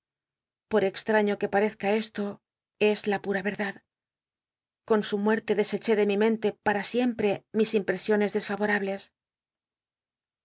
por cxttaño que parezca esto es la pura vcrchtd con su muerte deseché de mi mente pat'a sicmp te mis impresiones desra